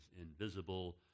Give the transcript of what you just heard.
invisible